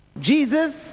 Jesus